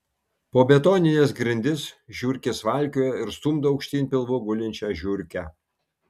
po betonines grindis žiurkės valkioja ir stumdo aukštyn pilvu gulinčią žiurkę